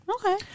Okay